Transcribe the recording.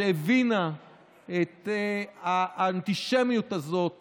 שהבינה את האנטישמיות הזאת